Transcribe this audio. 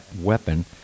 weapon